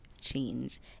change